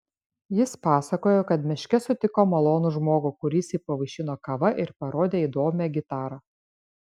jis pasakojo kad miške sutiko malonų žmogų kuris jį pavaišino kava ir parodė įdomią gitarą